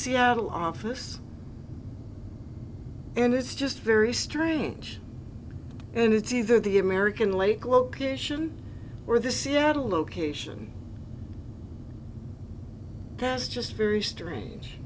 seattle office and it's just very strange and it's either the american lake location or the seattle location that's just very strange